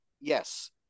yes